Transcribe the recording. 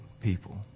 people